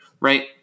right